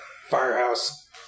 firehouse